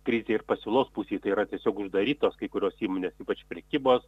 krizė ir pasiūlos pusei tai yra tiesiog uždarytos kai kurios įmonės ypač prekybos